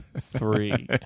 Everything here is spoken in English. three